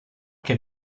che